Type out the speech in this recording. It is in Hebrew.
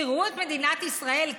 תראו את מדינת ישראל,